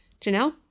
Janelle